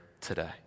today